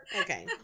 Okay